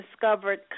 discovered